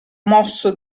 mosso